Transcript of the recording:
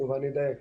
אני אדייק.